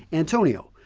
antonio,